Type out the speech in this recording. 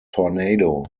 tornado